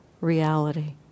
reality